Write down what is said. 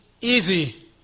easy